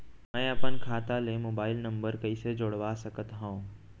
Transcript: मैं अपन खाता ले मोबाइल नम्बर कइसे जोड़वा सकत हव?